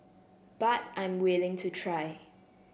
but I'm willing to try